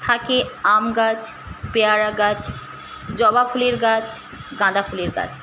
থাকে আম গাছ পেয়ারা গাছ জবা ফুলের গাছ গাঁদা ফুলের গাছ